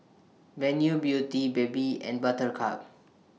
Venus Beauty Bebe and Buttercup